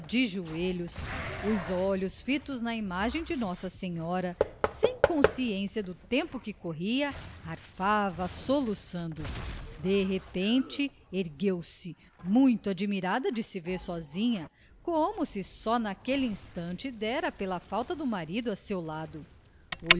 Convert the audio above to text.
joelhos os olhos fitos na imagem de nossa senhora sem consciência do tempo que corria arfava soluçando de repente ergueu-se muito admirada de se ver sozinha como se só naquele instante dera pela falta do marido a seu lado